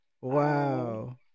Wow